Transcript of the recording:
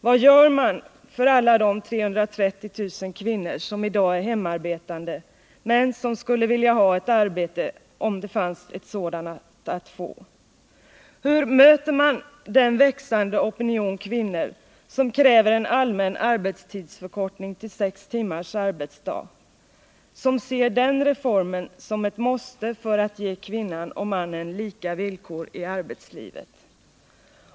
Vad gör man för alla de 330 000 kvinnor som i dag är hemarbetande men som skulle vilja ha ett arbete om det bara fanns något sådant att få? Hur möter man den växande kvinnoopinion som kräver en allmän arbetstidsförkortning till sex timmars arbetsdag, som ser det som en nödvändig reform i strävandena att erbjuda kvinnan och mannen lika villkor i arbetslivet?